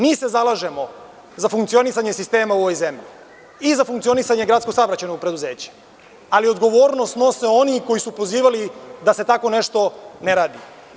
Mi se zalažemo za funkcionisanje sistema u ovoj zemlji i za funkcionisanje GSP-a, ali odgovornost nose oni koji su pozivali da se tako nešto ne radi.